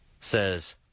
Says